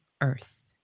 earth